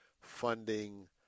funding